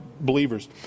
believers